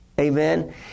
Amen